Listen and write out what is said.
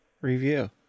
review